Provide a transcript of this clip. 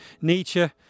Nietzsche